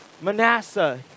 Manasseh